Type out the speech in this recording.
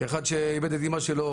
כאחד שאיבד את אימא שלו